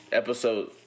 episode